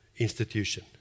institution